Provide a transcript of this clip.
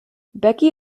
becky